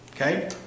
Okay